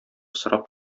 сорап